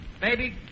Baby